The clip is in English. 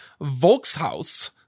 Volkshaus